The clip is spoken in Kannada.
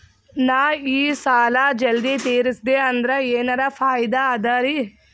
ನಾ ಈ ಸಾಲಾ ಜಲ್ದಿ ತಿರಸ್ದೆ ಅಂದ್ರ ಎನರ ಫಾಯಿದಾ ಅದರಿ?